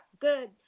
good